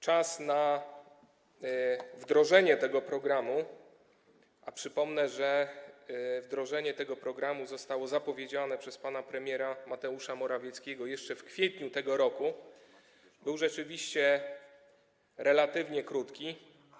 Czas na wdrożenie tego programu, a przypomnę, że zostało to zapowiedziane przez pana premiera Mateusza Morawieckiego jeszcze w kwietniu tego roku, był rzeczywiście relatywnie krótki.